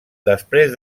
després